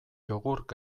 jogurt